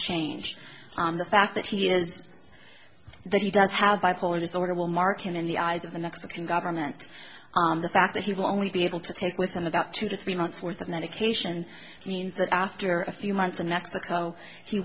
change the fact that he is that he does have bipolar disorder will mark him in the eyes of the mexican government on the fact that he will only be able to take with him about two to three months worth of medication means that after a few months in mexico he